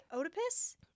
Oedipus